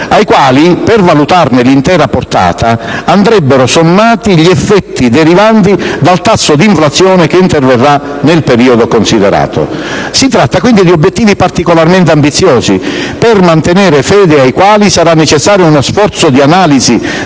ai quali, per valutarne l'intera portata, andrebbero sommati gli effetti derivanti dal tasso di inflazione che interverrà nel periodo considerato. Si tratta quindi di obiettivi particolarmente ambiziosi, per mantenere fede ai quali sarà necessario uno sforzo di analisi